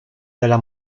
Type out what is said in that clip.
della